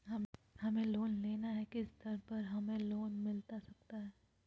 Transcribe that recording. हमें लोन लेना है किस दर पर हमें लोन मिलता सकता है?